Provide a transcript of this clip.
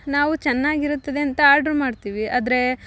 ನಾವು ಚೆನ್ನಾಗಿರುತ್ತದೆ ಅಂತ ಆರ್ಡ್ರ್ ಮಾಡ್ತೀವಿ ಆದರೆ